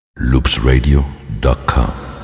loopsradio.com